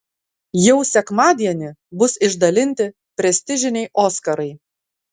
jau sekmadienį bus išdalinti prestižiniai oskarai